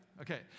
Okay